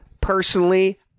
personally